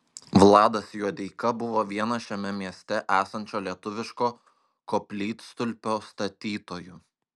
vladas juodeika buvo vienas šiame mieste esančio lietuviško koplytstulpio statytojų